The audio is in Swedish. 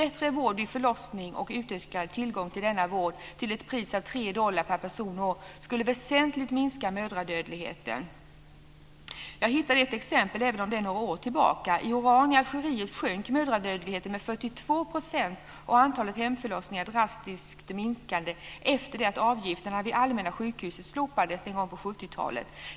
Bättre vård vid förlossning och utökad tillgång till denna vård till ett pris av 3 dollar per person och år skulle väsentligt minska mödradödligheten. Jag hittade ett exempel även om det är från några år tillbaka. I Oran i Algeriet sjönk mödradödligheten med 42 %, och antalet hemförlossningar minskade drastiskt, efter det att avgifterna vid allmänna sjukhuset slopades någon gång på 70-talet.